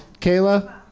Kayla